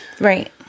Right